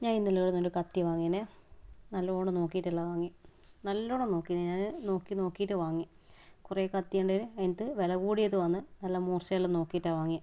ഞാൻ ഇന്നലെ ഇവിടെനിന്ന് ഒരു കത്തി വാങ്ങിനേ നല്ലോണം നോക്കിയിട്ട് എല്ലാം വാങ്ങിയത് നല്ലവണ്ണം നോക്കീന് ഞാൻ നോക്കി നോക്കിയിട്ട് വാങ്ങിയത് കുറേ കത്തിയുണ്ടായ്ന് അതിനകത്ത് വില കൂടിയതുമാണ് നല്ല മൂർച്ചയുള്ളതും നോക്കിയിട്ടാണ് വാങ്ങിയത്